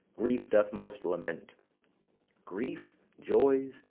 grief doth most lament grief joys,